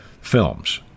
films